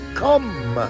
come